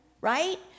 right